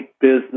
business